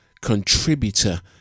contributor